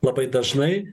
labai dažnai